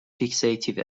فیکساتیو